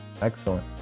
Excellent